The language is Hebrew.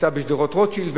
היתה בשדרות-רוטשילד,